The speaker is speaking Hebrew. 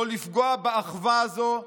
לא לפגוע באחווה הזאת,